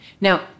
Now